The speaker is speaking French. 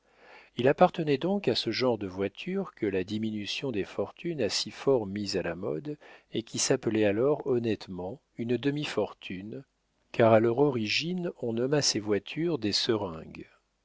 il appartenait donc à ce genre de voitures que la diminution des fortunes a si fort mis à la mode et qui s'appelait alors honnêtement une demi fortune car à leur origine on nomma ces voitures des seringues